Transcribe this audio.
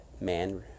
man